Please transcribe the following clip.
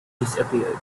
disappeared